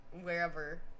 wherever